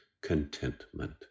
contentment